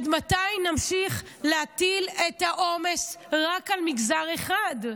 עד מתי נמשיך להטיל את העומס רק על מגזר אחד?